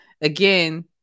again